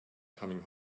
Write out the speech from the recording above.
coming